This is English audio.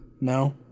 No